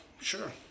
sure